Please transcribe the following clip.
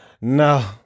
no